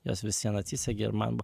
jos visviem atsisegė ir man